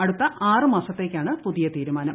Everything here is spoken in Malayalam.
അടുത്ത ആറ് മാസത്തേക്കാണ് പുതിയ തീരുമാനം